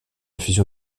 fusion